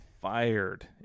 fired